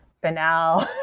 banal